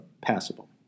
passable